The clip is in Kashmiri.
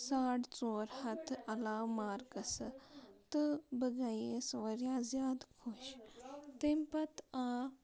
ساڈ ژور ہَتھہٕ علاوٕ مارکسہٕ تہٕ بہٕ گٔیَس واریاہ زیادٕ خۄش تمہِ پَتہٕ آو